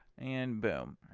and boom.